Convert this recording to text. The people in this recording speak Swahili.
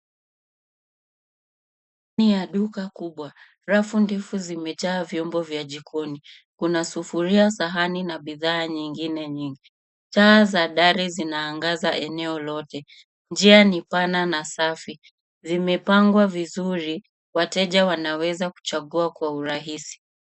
Sehemu ya duka kubwa. Rafu nyingi zimejaa vyombo vya jikoni. Kuna sufuria, sahani na bidhaa nyingine nyingi. Taa za dari zinaangaza eneo lote. Njia ni pana na safi. Zimepangwa vizuri. Wateja wanaweza kuchagua kwa urahisi.